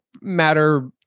matter